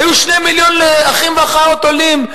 היו 2 מיליונים לאחים ואחיות עולים.